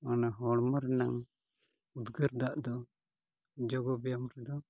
ᱚᱱᱟ ᱦᱚᱲᱢᱚ ᱨᱮᱱᱟᱜ ᱩᱫᱽᱜᱟᱹᱨ ᱫᱟᱜ ᱫᱚ ᱡᱚᱜᱽ ᱵᱮᱭᱟᱢ ᱨᱮᱫᱚ